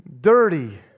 dirty